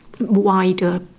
wider